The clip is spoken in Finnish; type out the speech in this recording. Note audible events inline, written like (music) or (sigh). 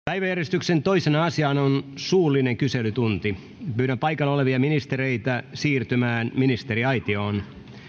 (unintelligible) päiväjärjestyksen toisena asiana on suullinen kyselytunti pyydän paikalla olevia ministereitä siirtymään ministeriaitioon